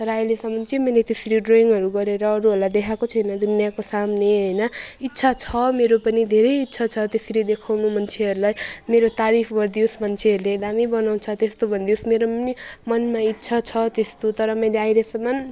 तर अहिलेसम्म चाहिँ मैले त्यसरी ड्रइङहरू गरेर अरू अरूहरूलाई देखाएको छैन दुनियाँको सामने होइन इच्छा छ मेरो पनि धेरै इच्छा छ त्यसरी देखाउनु मान्छेहरूलाई मेरो तारिफ गरिदियोस् मान्छेहरूले दामी बनाउँछ त्यस्तो भनिदियोस् मेरो पनि मनमा इच्छा छ त्यस्तो तर मैले अहिलेसम्म